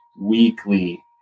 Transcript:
weekly